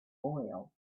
oil